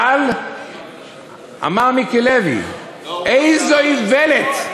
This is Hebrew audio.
אמר מיקי לוי: איזו איוולת,